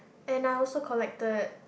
and I also collected